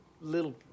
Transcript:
little